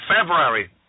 February